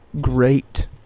great